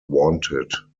wanted